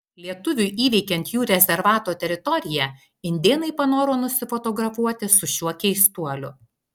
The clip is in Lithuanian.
lietuviui įveikiant jų rezervato teritoriją indėnai panoro nusifotografuoti su šiuo keistuoliu